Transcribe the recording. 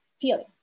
feeling